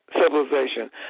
civilization